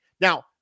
Now